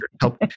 help